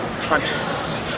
consciousness